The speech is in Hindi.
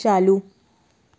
चालू